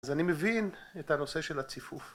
‫אז אני מבין את הנושא של הציפוף.